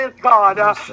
God